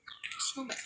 खिखांबाय